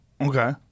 Okay